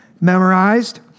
memorized